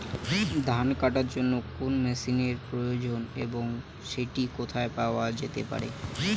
ধান কাটার জন্য কোন মেশিনের প্রয়োজন এবং সেটি কোথায় পাওয়া যেতে পারে?